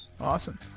awesome